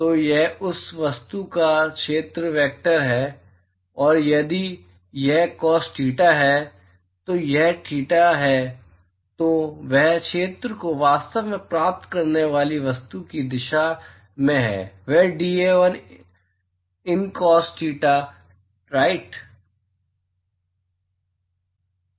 तो यह उस वस्तु का क्षेत्र वेक्टर है और यदि यह कॉस थीटा है तो यह थीटा है तो वह क्षेत्र जो वास्तव में प्राप्त करने वाली वस्तु की दिशा में है वह dA1 in cos theta right है